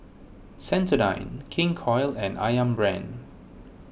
Sensodyne King Koil and Ayam Brand